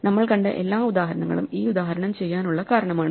നമ്മൾ കണ്ട എല്ലാ ഉദാഹരണങ്ങളും ഈ ഉദാഹരണം ചെയ്യാനുള്ള കാരണമാണ്